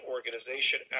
Organization